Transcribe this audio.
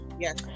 yes